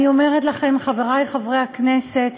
אני אומרת לכם, חברי חברי הכנסת,